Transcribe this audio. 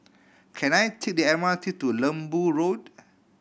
can I take the M R T to Lembu Road